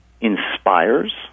inspires